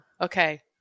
Okay